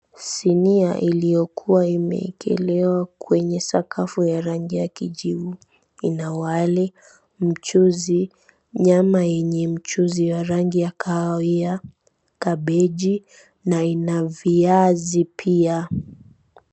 Sinia iliyo kuwa imeekelewa kwenye sakafu ya rangi ya kijivu ina wali, mchuzi, nyama yenye mchuzi wa rangi ya kahawia, kabeji na ina viazi pia.